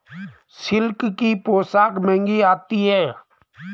silk की पोशाक महंगी आती है